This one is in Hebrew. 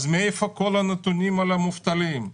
אז מאיפה כל הנתונים על המובטלים?